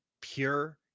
Pure